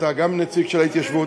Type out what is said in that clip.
אתה גם נציג של ההתיישבות.